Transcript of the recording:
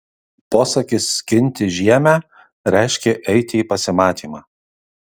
posakis skinti žiemę reiškė eiti į pasimatymą